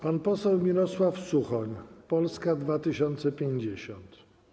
Pan poseł Mirosław Suchoń, Polska 2050.